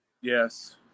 Yes